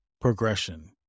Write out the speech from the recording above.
progression